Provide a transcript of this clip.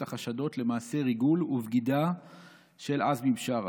החשדות למעשה ריגול ובגידה של עזמי בשארה.